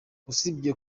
usibye